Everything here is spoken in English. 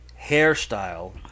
hairstyle